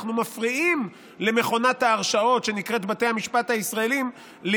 אנחנו מפריעים למכונת ההרשעות שנקראת בתי המשפט הישראליים,